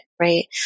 Right